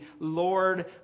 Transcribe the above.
Lord